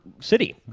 city